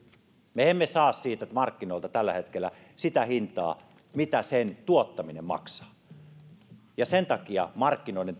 me emme saa siitä markkinoilta tällä hetkellä sitä hintaa mitä sen tuottaminen maksaa sen takia markkinoiden